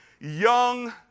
young